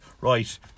right